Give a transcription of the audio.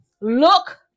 look